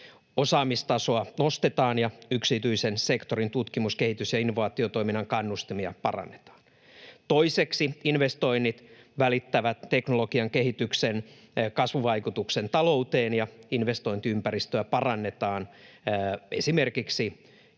Osaamistasoa nostetaan, ja yksityisen sektorin tutkimus-, kehitys- ja innovaatiotoiminnan kannustimia parannetaan. Toiseksi, investoinnit välittävät teknologian kehityksen kasvuvaikutuksen talouteen, ja investointiympäristöä parannetaan esimerkiksi